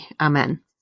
Amen